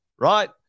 right